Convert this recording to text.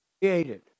created